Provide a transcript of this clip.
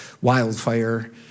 wildfire